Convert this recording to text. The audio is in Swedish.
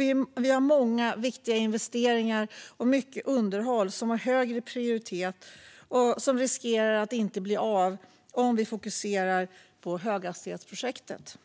Det finns många viktiga investeringar och mycket underhåll som har högre prioritet och som riskerar att inte bli av om man fokuserar på höghastighetsprojektet.